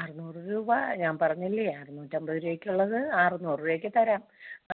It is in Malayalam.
അറുന്നൂറ് രൂപ ഞാൻ പറഞ്ഞില്ലെ അറുന്നൂറ്റൻപത് രൂപയ്ക്കുള്ളത് അറുന്നൂറ് രൂപയ്ക്ക് തരാം